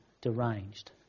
deranged